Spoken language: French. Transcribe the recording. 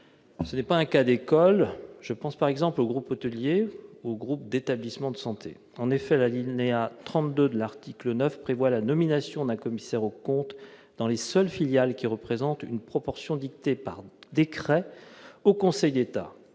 Ce n'est pas un cas d'école : je pense, par exemple, aux groupes hôteliers ou aux groupes d'établissements de santé. En effet, l'alinéa 32 de l'article 9 du projet de loi prévoit la nomination d'un commissaire aux comptes dans les seules filiales représentant une proportion, fixée par décret en Conseil d'État,